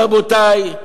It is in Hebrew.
רבותי,